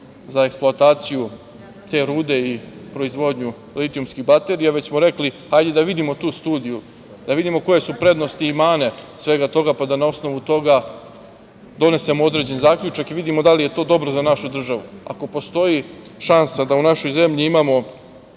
za eksploataciju te rude i proizvodnju litijumskih baterija, već smo rekli - hajde da vidimo tu studiju, da vidimo koje su prednosti i mane svega toga, pa da na osnovu toga donesemo određen zaključak i vidimo da li je to dobro za našu državu. Ako postoji šansa da u našoj zemlji imao